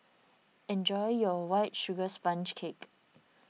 enjoy your White Sugar Sponge Cake